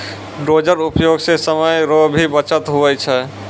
dozer उपयोग से समय रो भी बचत हुवै छै